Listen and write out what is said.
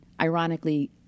ironically